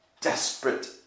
desperate